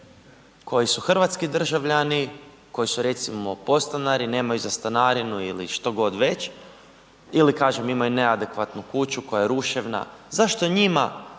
koji su hrvatski državljani, koji su recimo podstanari, nemaju za stanarinu ili štogod već ili kažem imaju neadekvatnu kuću koja je ruševna, zašto njima